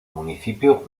municipio